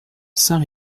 saint